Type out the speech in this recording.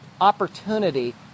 opportunity